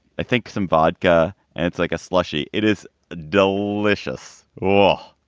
i think some vodka. and it's like a slushy. it is delicious. well,